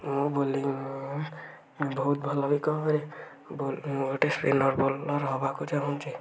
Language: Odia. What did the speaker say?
ମୁଁ ବୋଲିଂ ବହୁତ ଭଲ ବି କରେ ମୁଁ ଗୋଟେ ସ୍ପିନର ବୋଲର ହେବାକୁ ଚାହୁଁଛି